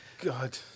God